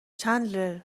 چندلر